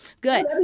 good